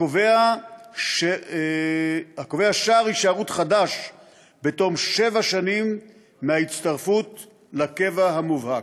הקובע שער הישארות חדש בתום שבע שנים מההצטרפות לקבע המובהק.